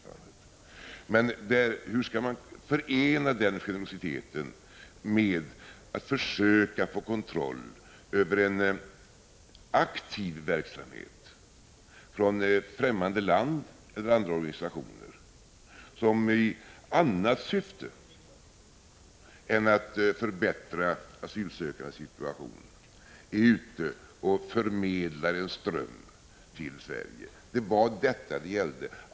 Problemet är hur man skall kunna förena den generositeten med att försöka få kontroll över en aktiv verksamhet från främmande land eller organisationer som i annat syfte än att förbättra asylsökandes situation förmedlar en ström av flyktingar till Sverige. Det var detta det gällde.